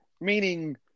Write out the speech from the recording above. Meaning